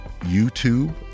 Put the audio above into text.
YouTube